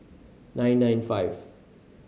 nine nine five